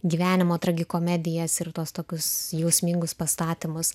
gyvenimo tragikomedija ir tuos tokius jausmingus pastatymus